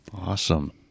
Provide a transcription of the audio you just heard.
Awesome